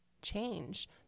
Change